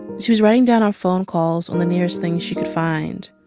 she was writing down our phone calls on the nearest thing she could find,